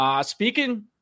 Speaking